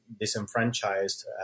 disenfranchised